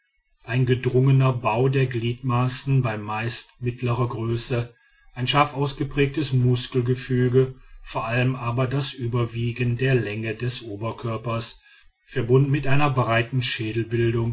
ein gedrungener bau der gliedmaßen bei meist mittlerer größe ein scharf ausgeprägtes muskelgefüge vor allem aber das überwiegen der länge des oberkörpers verbunden mit einer breiten